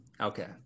Okay